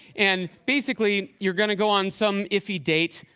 and basically, you're going to go on some iffy date,